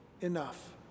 enough